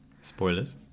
Spoilers